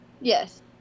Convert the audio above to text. Yes